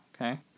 okay